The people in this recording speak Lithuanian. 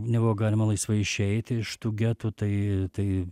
nebuvo galima laisvai išeiti iš tų getų tai